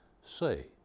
Say